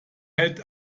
hält